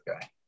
guy